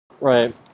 right